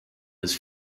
his